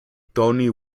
tony